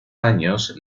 años